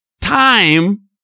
time